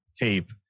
tape